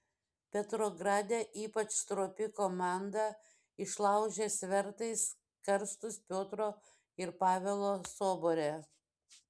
petrograde ypač stropi komanda išlaužė svertais karstus piotro ir pavelo sobore